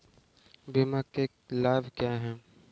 बीमा के लाभ क्या हैं?